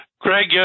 Greg